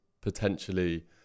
potentially